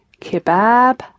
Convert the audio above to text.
kebab